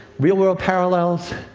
real world parallels?